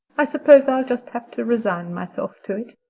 i suppose i shall just have to resign myself to it.